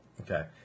Okay